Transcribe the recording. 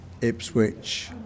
Ipswich